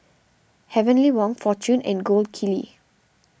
Heavenly Wang fortune and Gold Kili